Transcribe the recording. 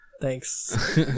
Thanks